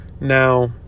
Now